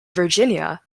virginia